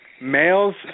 Males